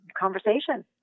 conversation